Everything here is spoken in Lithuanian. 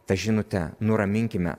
ta žinute nuraminkime